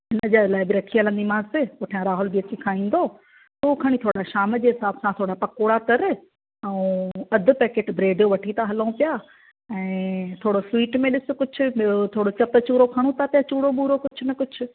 हिनजे लाइ बि रखी हलंदीमांसि पुठियां राहुल बि अची खाईन्दो तूं खणी थोरा शाम जे हिसाब सां थोरा पकोड़ा तरि ऐं अधु पैकेट ब्रेड जो वठी था हलऊं पिया ऐं थोरो सुवीट में डि॒सु कुझु ॿियो थोरो चपचूरो खणऊं था पिया कुझु चूरो बूरो कुझु न कुझु